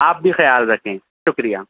آپ بھی خیال رکھیں شکریہ